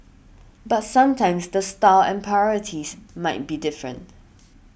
but sometimes the style and priorities might be different